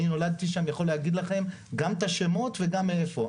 אני נולדתי שם ויכול להגיד לכם גם את השמות וגם מאיפה.